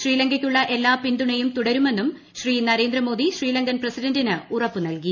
ശ്രീല്ക്കുയ്ക്കുള്ള എല്ലാ പിന്തുണയും തുടരുമെന്നും ശ്രീ നരേന്ദ്രമോദി ശ്രീല്ക്കൻ പ്രസിഡന്റിന് ഉറപ്പു നൽകി